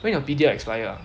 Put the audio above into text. when your P_D_L expire ah